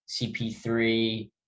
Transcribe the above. CP3